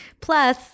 Plus